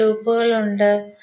എത്ര ലൂപ്പുകൾ ഉണ്ട്